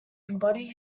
embody